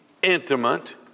Intimate